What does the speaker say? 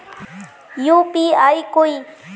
UPI कोई